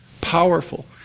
Powerful